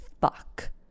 fuck